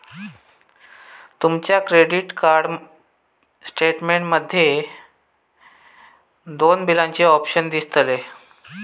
तुमच्या credit card statement मध्ये दोन बिलाचे ऑप्शन दिसतले